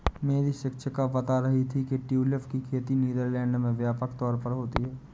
मेरी शिक्षिका बता रही थी कि ट्यूलिप की खेती नीदरलैंड में व्यापक तौर पर होती है